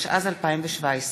התשע"ז 2017,